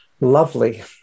lovely